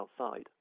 outside